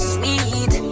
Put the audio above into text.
Sweet